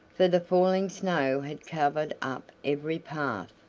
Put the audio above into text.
for the falling snow had covered up every path,